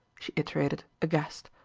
she iterated, aghast.